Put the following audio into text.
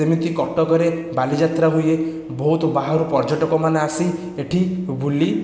ଯେମିତି କଟକରେ ବାଲିଜାତ୍ରା ହୁଏ ବହୁତ ବାହାରୁ ପର୍ଯ୍ୟଟକମାନେ ଆସି ଏଠି ବୁଲି